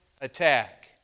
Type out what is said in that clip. attack